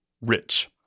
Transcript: rich